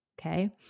Okay